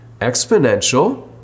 exponential